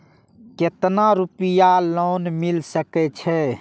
केतना रूपया लोन मिल सके छै?